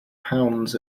pounds